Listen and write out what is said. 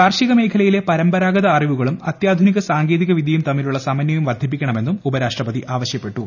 കാർഷിക മേഖലയിലെ പരമ്പരാഗത അറിപ്പുകളും അത്യാധുനിക സാങ്കേതികവിദ്യയും തമ്മില്ലുള്ള സമന്വയം വർധിപ്പിക്കണമെന്നും ഉപ്പൽഷ്ട്രപതി ആവശ്യപ്പെട്ടു